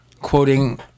quoting